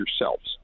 yourselves